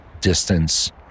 distance